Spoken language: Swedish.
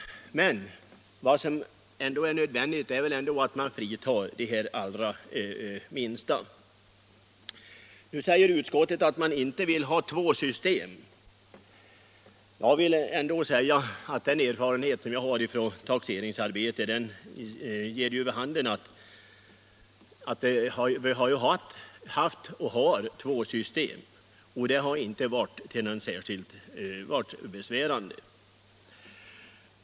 Dessutom är det alldeles nödvändigt att de allra minsta inkomsttagarna bland jordbrukarna helt befrias från denna skyldighet. Utskottet säger nu att man inte vill ha två system. Min erfarenhet från taxeringsarbetet ger vid handen att det inte varit särskilt besvärande med två system, vilket vi har haft och fortfarande har.